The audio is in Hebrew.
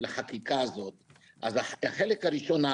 החלק הראשון,